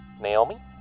Naomi